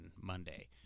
Monday